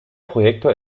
projektor